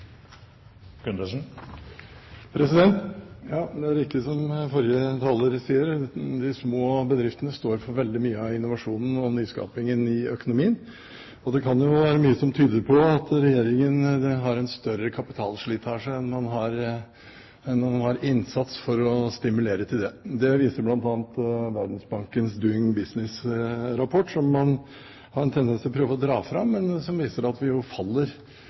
økonomien. Det kan være mye som tyder på at regjeringen har en større kapitalslitasje enn man har innsats for å stimulere til det. Det viser bl.a. Verdensbankens Doing Business-rapport, som man har en tendens til å prøve å dra fram, men som viser at vi faller